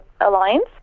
alliance